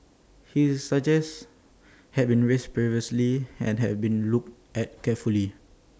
his suggest had been raised previously and had been looked at carefully